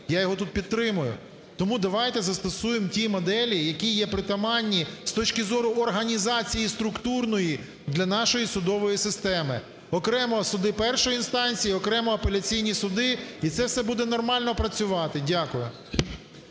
я його тут підтримую. Тому давайте застосуємо ті моделі, які є притаманні з точки зору організації структурної для нашої судової системи, окремо суди першої інстанції, окремо апеляційні суди, і це все буде нормально працювати. Дякую.